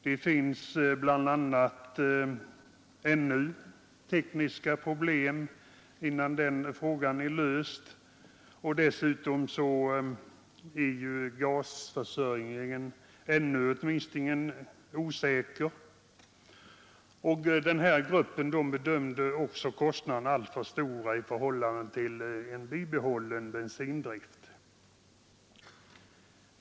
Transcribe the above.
Det återstår ännu bl.a. tekniska problem innan den frågan är löst, och dessutom är gasförsörjningen åtminstone tills vidare osäker. Gruppen bedömde också kostnaderna som alltför stora i förhållande till en bibehållen bensindrift.